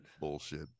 Bullshit